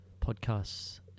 podcasts